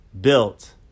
built